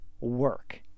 work